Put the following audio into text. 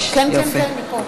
אני פה.